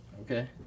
Okay